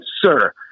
sir